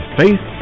faith